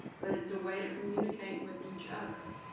but it's a way to communicate with each other.